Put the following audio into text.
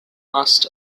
must